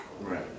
Right